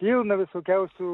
pilna visokiausių